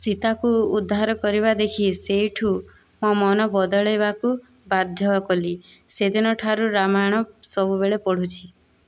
ସୀତାକୁ ଉଦ୍ଧାର କରିବା ଦେଖି ସେଇଠୁ ମୋ' ମନ ବଦଳାଇବାକୁ ବାଧ୍ୟ କଲି ସେଦିନଠାରୁ ରାମାୟଣ ସବୁବେଳେ ପଢ଼ୁଛି